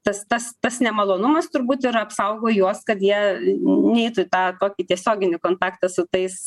tas tas tas nemalonumas turbūt ir apsaugo juos kad jie neitų į tą tokį tiesioginį kontaktą su tais